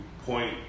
Point